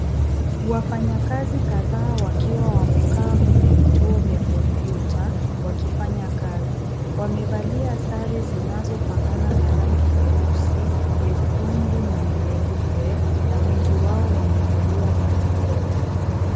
Wafanyakazi kadhaa wakiwa wamekaa kwenye vituo vya kompyuta wakifanya kazi. Wamevalia sare zinazofanana na rangi nyeusi, nyekundu na nyeupe na wengi wao wamevalia barakoa.